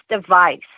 device